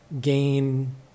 gain